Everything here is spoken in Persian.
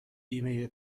بیمه